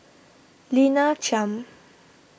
Lina Chiam